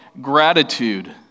Gratitude